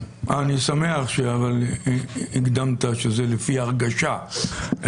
אני שמח שהקדמת שזה לפי ההרגשה.